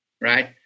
Right